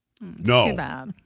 No